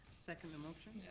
second the motion.